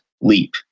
leap